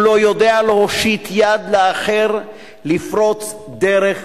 הוא לא יודע להושיט יד לאחר, לפרוץ דרך